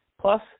plus